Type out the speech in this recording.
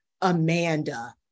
Amanda